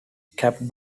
capped